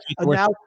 now